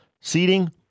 seating